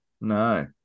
No